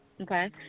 Okay